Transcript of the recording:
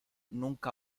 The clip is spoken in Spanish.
nunca